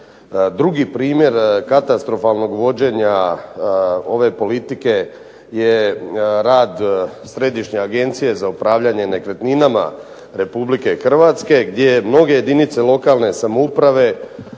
Drugi primjer katastrofalnog vođenja ove politike je rad Središnje agencije za upravljanje nekretninama Republike Hrvatske gdje mnoge jedinice lokalne samouprave